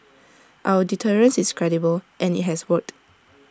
our deterrence is credible and IT has worked